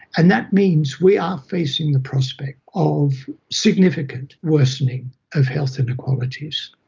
and that means we are facing the prospect of significant worsening of health inequalities,